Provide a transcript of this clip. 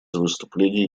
выступлений